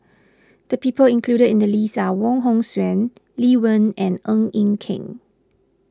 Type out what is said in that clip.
the people included in the list are Wong Hong Suen Lee Wen and Ng Eng Kee